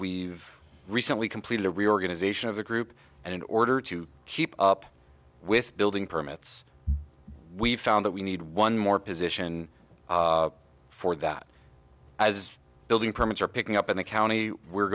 we've recently completed a reorganization of the group and in order to keep up with building permits we found that we need one more position for that as building permits are picking up in the county we're